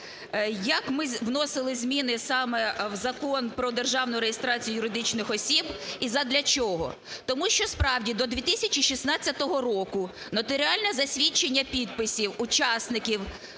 як ми вносили зміни саме в Закон про державну реєстрацію юридичних осіб і задля чого? Тому що справді до 2016 року нотаріальне засвідчення підписів учасників,